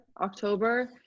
October